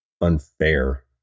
unfair